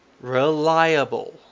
Reliable